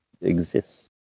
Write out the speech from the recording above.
exists